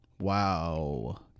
Wow